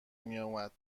میومد